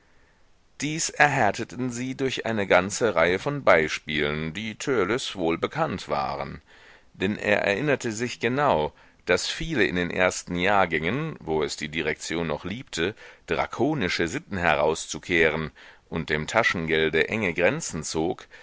dies erhärteten sie durch eine ganze reihe von beispielen die törleß wohlbekannt waren denn er erinnerte sich genau daß viele in den ersten jahrgängen wo es die direktion noch liebte drakonische sitten herauszukehren und dem taschengelde enge grenzen zog